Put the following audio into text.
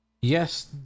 yes